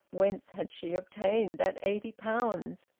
whence had she obtained that eighty pounds?